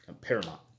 paramount